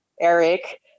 Eric